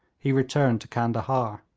he returned to candahar.